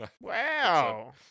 Wow